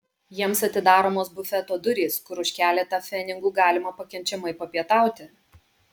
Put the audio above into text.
jiems atidaromos bufeto durys kur už keletą pfenigų galima pakenčiamai papietauti